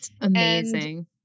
Amazing